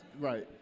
Right